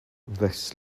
this